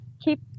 keep